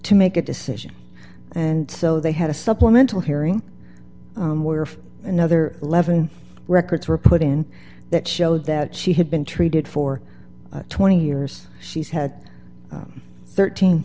to make a decision and so they had a supplemental hearing were another eleven records were put in that showed that she had been treated for twenty years she's had thirteen